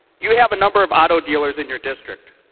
you have a number of auto dealers in your district.